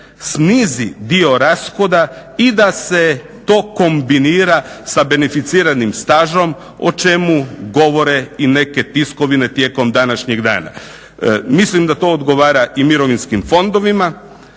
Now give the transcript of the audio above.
snizi dio rashoda i da se to kombinira sa beneficiranim stažom o čemu govore i neke tiskovine tijekom današnjeg dana. Mislim da to odgovara i mirovinskim fondovima